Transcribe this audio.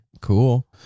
cool